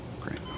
Great